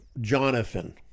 Jonathan